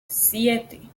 siete